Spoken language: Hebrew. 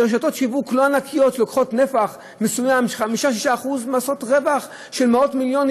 כשרשתות שיווק לוקחות נפח מסוים של 6%-5% ועושות רווח של מאות מיליונים,